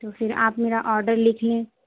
تو پھر آپ میرا آرڈر لکھ لیں